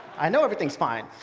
i know everything's fine.